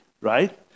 right